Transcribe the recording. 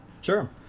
Sure